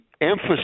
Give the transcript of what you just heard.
emphasis